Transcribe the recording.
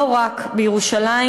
לא רק בירושלים.